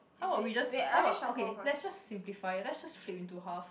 how about we just how about okay let's us simplify it let's just flip into half